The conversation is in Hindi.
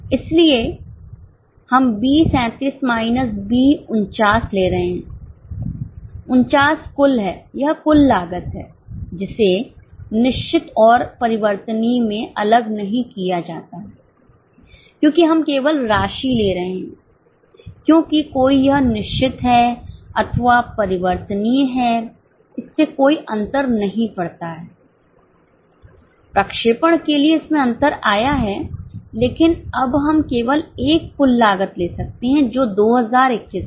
इसलिए हम बी 37 माइनस बी 49 ले रहे हैं 49 कुल है यह कुल लागत है जिसे निश्चित और परिवर्तनीय में अलग नहीं किया जाता है क्योंकि हम केवल राशि ले रहे हैं क्योंकि कोई यह निश्चित है अथवा परिवर्तनीय है इससे कोई अंतर नहीं पड़ता है प्रक्षेपण के लिए इसमें अंतर आया है लेकिन अब हम केवल एक कुल लागत ले सकते हैं जो 2021 है